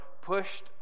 pushed